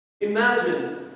Imagine